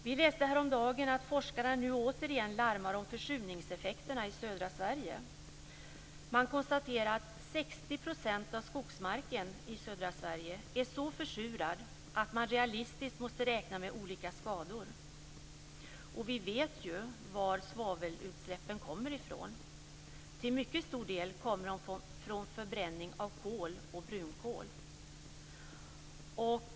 Vi läste häromdagen att forskarna nu återigen larmar om försurningseffekterna i södra Sverige. Man konstaterar att 60 % av skogsmarken i södra Sverige är så försurad att man realistiskt måste räkna med olika skador. Vi vet var svavelutsläppen kommer ifrån. Till mycket stor del kommer de från förbränning av kol och brunkol.